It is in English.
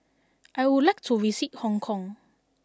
I would like to visit Hong Kong